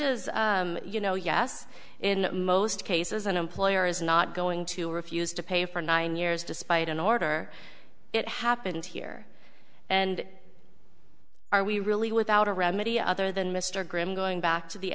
as you know yes in most cases an employer is not going to refuse to pay for nine years despite an order it happened here and are we really without a remedy other than mr graham going back to the